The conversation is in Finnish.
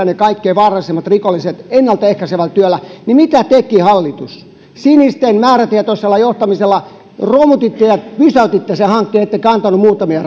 ne kaikkein vaarallisimmat rikolliset ennaltaehkäisevällä työllä mitä teki hallitus sinisten määrätietoisella johtamisella romutitte ja pysäytitte sen hankkeen ettekä antaneet muutamia